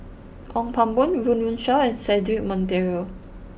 Ong Pang Boon Run Run Shaw and Cedric Monteiro